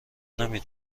نمی